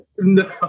No